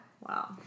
Wow